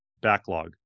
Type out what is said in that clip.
backlog